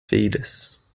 feiras